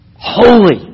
holy